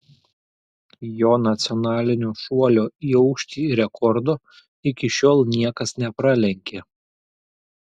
jo nacionalinio šuolio į aukštį rekordo iki šiol niekas nepralenkė